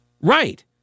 Right